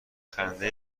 خنده